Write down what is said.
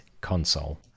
console